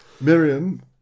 Miriam